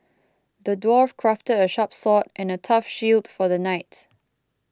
the dwarf crafted a sharp sword and a tough shield for the knight